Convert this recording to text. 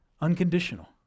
unconditional